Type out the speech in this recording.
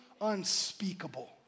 unspeakable